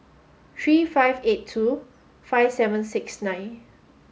three five eight two five seven six nine